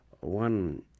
one